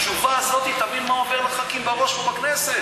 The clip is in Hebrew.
התשובה הזאת, אתה מבין מה עובר לחברי הכנסת